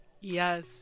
yes